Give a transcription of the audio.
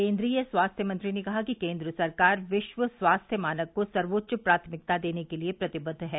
केन्द्रीय स्वास्थ्य मंत्री ने कहा कि केन्द्र सरकार विश्व स्वास्थ्य मानक को सर्वोच्च प्राथमिकता देने के लिए प्रतिबद्ध है